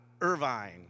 Irvine